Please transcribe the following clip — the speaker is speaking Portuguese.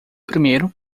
primeiro